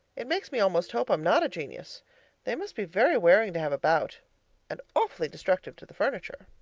it makes me almost hope i'm not a genius they must be very wearing to have about and awfully destructive to the furniture.